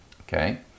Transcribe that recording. okay